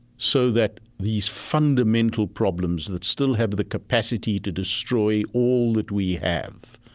so that these fundamental problems that still have the capacity to destroy all that we have,